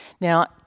Now